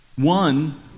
One